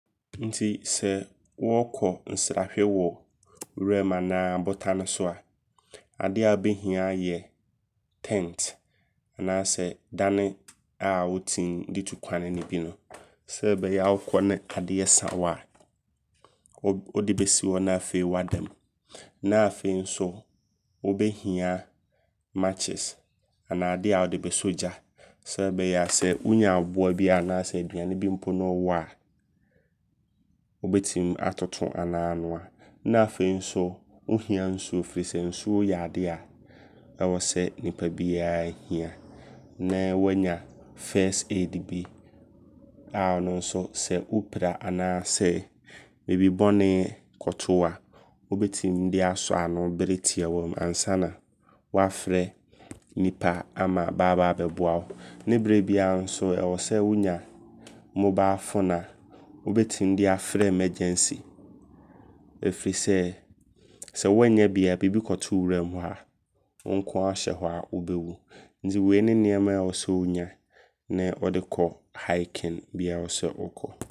ABR-AAM004-R069 Nti sɛ wɔɔkɔ nsrahwɛ wɔ wuram anaa abotane so a. Adeɛ a wobɛhia yɛ tent anaasɛ dane a wotim de tu kwane ne bi. Sɛ ɛbɛyɛ wokɔ ne adeɛsa wo a wode bɛsi hɔ na afei wada mu. Na afei nso wobɛhia matches anaa adea wode bɛsɔ gya. Sɛ ɛbɛyɛ a sɛ wonya aboa bi anaasɛ aduane bi mpo ne wowɔ a, wobɛtim atoto anaa anoa. Na afei nso wohia nsuo firi sɛnsuo yɛ adea ɛwɔ sɛ nnipa biaa hia. Ne woanya first aid bia ɔno nso sɛ wopira anaasɛ bibi bɔne kɔto wo a wobɛtim de asɔ ano berɛ tiawa mu. Ansa na wafrɛ nnipa ama bɛ aba abɛboa wo. Ne berɛ biaa nso ɛwɔ sɛ wonya mobile phone a wobɛtim de afrɛ emergency. Ɛfiri sɛ sɛ woannya bi a bibi kɔto wo wuram hɔ a,wo nkoaa wohyɛ hɔ a wobɛwu. Nti wei ne nneɛma a ɛwɔ sɛ wonya ne wode kɔ hiking biaa ɛwɔ sɛ wokɔ.